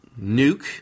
nuke